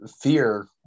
fear